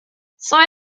slow